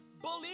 believe